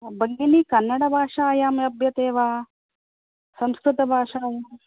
भगिनी कन्नडभाषायां लभ्यते वा संकृतभाषायाम्